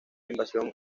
invasión